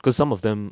cause some of them